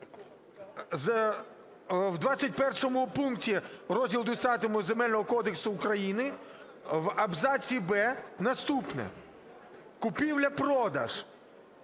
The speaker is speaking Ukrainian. в 21 пункті Розділу Х Земельного кодексу України в абзаці "б" наступне: "Купівля-продаж